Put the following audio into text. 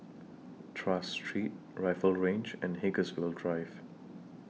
Tras Street Rifle Range and Haigsville Drive